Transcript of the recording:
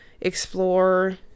explore